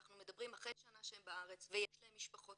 אנחנו מדברים אחרי שנה שהם בארץ ויש להם משפחות